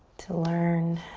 to learn